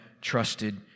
trusted